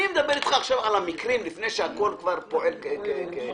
אני מדבר על המקרים לפני שהכול כבר פועל כתיקונו.